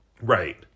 right